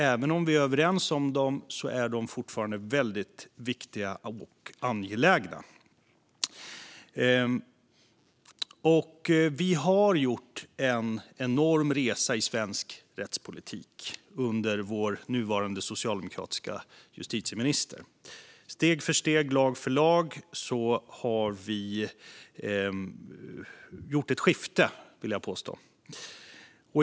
Även om vi är överens om dem är de fortfarande väldigt viktiga och angelägna. Vi har gjort en enorm resa i svensk rättspolitik under vår nuvarande socialdemokratiska justitieminister. Steg för steg, lag för lag har vi gjort ett skifte, vill jag påstå.